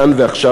כאן ועכשיו,